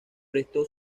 prestó